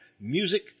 Music